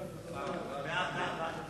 לוועדת